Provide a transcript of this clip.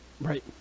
Right